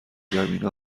زمینه